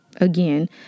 Again